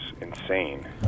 insane